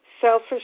selfish